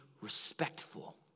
respectful